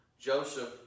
Joseph